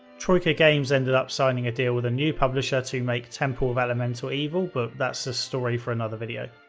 troika games ended up signing a deal with a new publisher to make temple of elemental evil, but that's a story for another video.